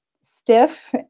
stiff